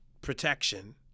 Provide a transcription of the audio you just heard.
protection